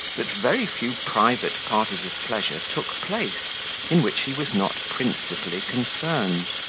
that very few private parties of pleasure took place in which he was not principally concerned.